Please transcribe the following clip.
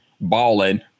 balling